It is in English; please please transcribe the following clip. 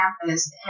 campus